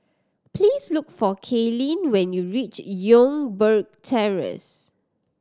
please look for Kalyn when you reach Youngberg Terrace